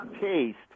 taste